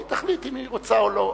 היא תחליט אם היא רוצה או לא.